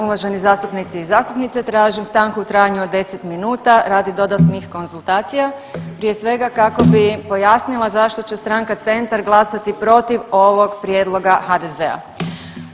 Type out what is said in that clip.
Uvaženi zastupnici i zastupnice tražim stanku u trajanju od 10 minuta radi dodatnih konzultacija prije svega kako bi pojasnila zašto će stranka Centar glasati protiv ovog prijedloga HDZ-a.